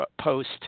post